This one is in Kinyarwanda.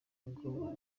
ngo